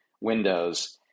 windows